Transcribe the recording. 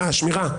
שמירה.